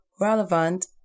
Relevant